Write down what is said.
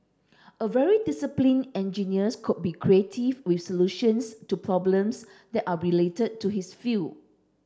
a very disciplined engineers could be creative with solutions to problems that are related to his field